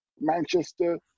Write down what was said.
Manchester